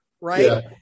right